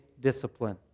discipline